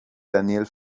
daniel